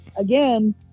again